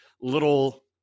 little